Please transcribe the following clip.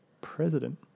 president